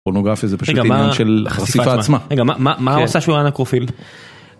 פורנוגרפיה זה פשוט עניין של חשיפה עצמה. רגע, מה עשה שהוא היה נקרופיל?